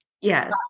yes